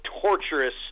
torturous